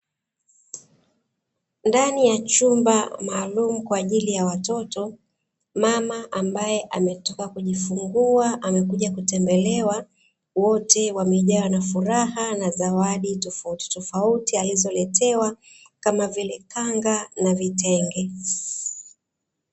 Ndani ya chumba maalumu kwa ajili ya watoto, mama ambaye ametoka kujifungua amekuja kutembelewa, wote wamejawa na furaha na zawadi tofautitofauti alizoletewa, kama vile kanga na vitenge.